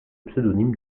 pseudonyme